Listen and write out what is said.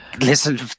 listen